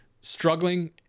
struggling